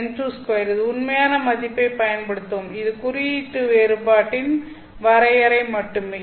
இன் உண்மையான மதிப்பைப் பயன்படுத்தவும் இது குறியீட்டு வேறுபாட்டின் வரையறை மட்டுமே